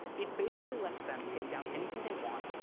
it basically lets them take down anything they want,